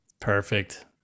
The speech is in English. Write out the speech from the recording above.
perfect